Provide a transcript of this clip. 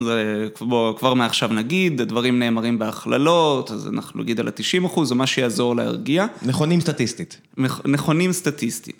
זה, בוא, כבר מעכשיו נגיד, הדברים נאמרים בהכללות, אז אנחנו נגיד על ה-90 אחוז, או מה שיעזור להרגיע. נכונים סטטיסטית. נכונים סטטיסטית.